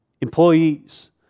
Employees